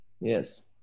Yes